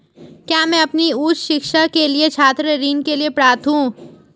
क्या मैं अपनी उच्च शिक्षा के लिए छात्र ऋण के लिए पात्र हूँ?